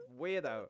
weirdo